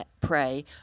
pray